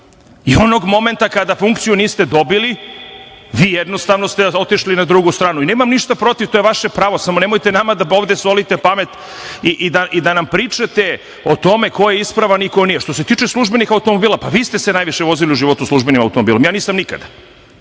I onog momenta kada funkciju niste dobili, vi jednostavno ste otišli na drugu stranu. I nemam ništa protiv, to je vaše pravo, samo nemojte nama ovde da solite pamet i da nam pričate o tome ko je ispravan i ko nije. Što se tiče službenih automobila, pa vi ste se najviše vozili u životu službenim automobilom. Ja nisam nikada.